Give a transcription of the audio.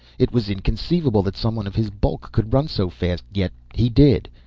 it was inconceivable that someone of his bulk could run so fast, yet he did.